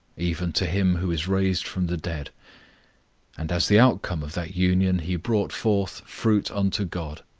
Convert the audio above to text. even to him who is raised from the dead and as the outcome of that union he brought forth fruit unto god.